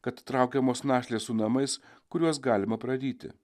kad traukiamos našlės su namais kuriuos galima praryti